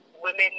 women